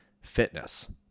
fitness